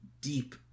deep